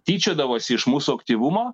tyčiodavosi iš mūsų aktyvumo